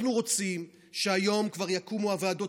אנחנו רוצים שהיום כבר יקומו הוועדות